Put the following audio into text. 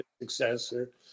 successor